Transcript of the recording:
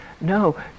No